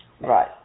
Right